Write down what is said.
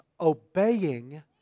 obeying